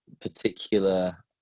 particular